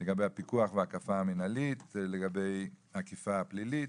לגבי הפיקוח והאכיפה המנהלית ולגבי אכיפה הפלילית,